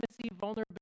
vulnerability